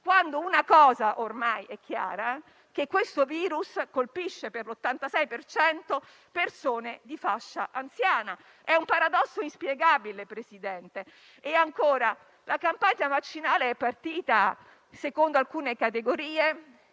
quando ormai è chiaro che il virus colpisce per l'86 per cento persone di fascia anziana. È un paradosso inspiegabile, presidente Draghi. Ancora, la campagna vaccinale è partita secondo alcune categorie,